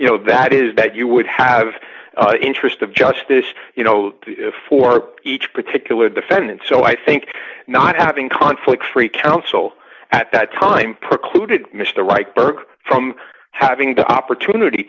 you know that is that you would have interest of justice you know for each particular defendant so i think not having conflict free counsel at that time precluded mr reich burke from having the opportunity